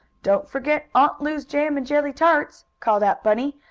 don't forget aunt lu's jam and jelly tarts! called out bunny.